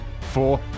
Four